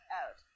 out